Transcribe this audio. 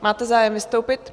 Máte zájem vystoupit?